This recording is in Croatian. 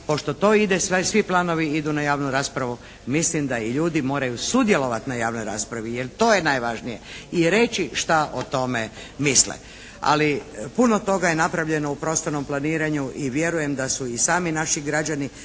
pošto to sve ide, svi planovi idu na javnu raspravu, mislim da i ljudi moraju sudjelovat na javnoj raspravi jer to je najvažnije. I reći šta o tome misle. Ali, puno toga je napravljeno u prostornom planiranju i vjerujem da su i sami naši građani